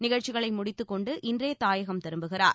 நிகழ்ச்சிகளை முடித்துக் கொண்டு இன்றே தாயகம் திரும்புகிறார்